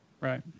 Right